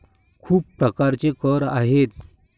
खूप प्रकारचे कर आहेत